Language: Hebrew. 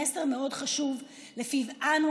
מסר מאוד חשוב שלפיו אנו,